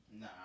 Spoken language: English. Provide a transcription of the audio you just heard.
nah